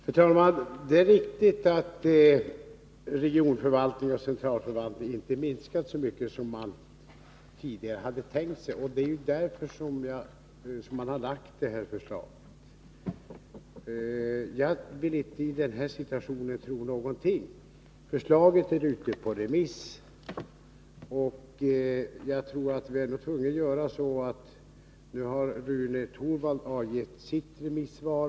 Herr talman! Det är riktigt att regionförvaltning och centralförvaltning inte minskat så mycket som man tidigare hade tänkt sig. Det är därför man har lagt fram det här förslaget. Jag vill inte i den här situationen tro någonting. Förslaget är ute på remiss, och jag tycker att vi nog är tvungna att säga att Rune Torwald nu har avgett sitt remissvar.